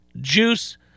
juice